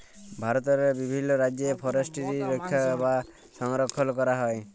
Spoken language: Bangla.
ভারতেরলে বিভিল্ল রাজ্যে ফরেসটিরি রখ্যা ক্যরা বা সংরখ্খল ক্যরা হয়